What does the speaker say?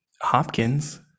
hopkins